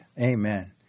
Amen